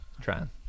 trying